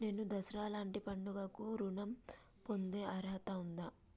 నేను దసరా లాంటి పండుగ కు ఋణం పొందే అర్హత ఉందా?